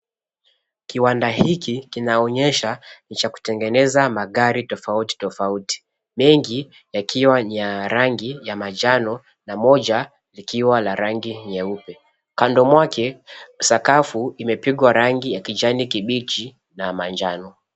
Kiwanda hiki kinaonyesha ni cha kutengeneza magari tofauti tofauti, mengi ikiwa ni ya rangi ya manjano na moja likiwa la rangi nyeupe. Kando yake sakafu imepigwa rangi ya kijani kibichi na manjano.